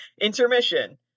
Intermission